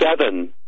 seven